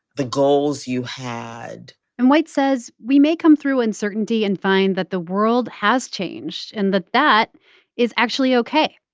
the goals you had and white says we may come through uncertainty and find that the world has changed and that that is actually ok.